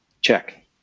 check